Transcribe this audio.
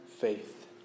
faith